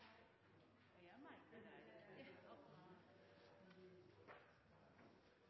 og jeg håper at